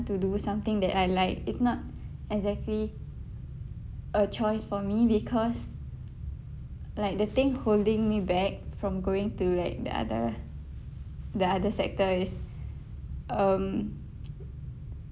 to do something that I like it's not exactly a choice for me because like the thing holding me back from going to like the other the other sector is um